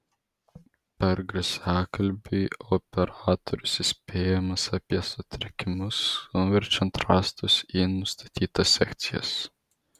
per garsiakalbį operatorius įspėjamas apie sutrikimus nuverčiant rąstus į nustatytas sekcijas